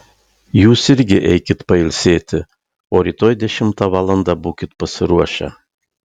jūs irgi eikit pailsėti o rytoj dešimtą valandą būkit pasiruošę